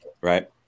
Right